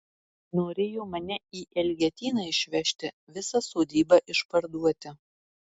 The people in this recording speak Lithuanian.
norėjo mane į elgetyną išvežti visą sodybą išparduoti